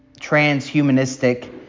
transhumanistic